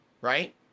right